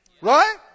Right